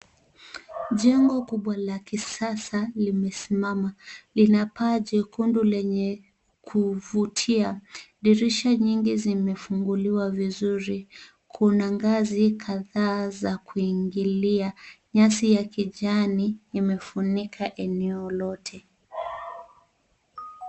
Jengo kubwa la kisasa limesimama. Lina paa jekundu lenye kuvutia. Dirisha nyingi zimefunguliwa vizuri. Kuna ngazi kadhaa za kuingilia. Nyasi ya kijani imefunika eneo lote.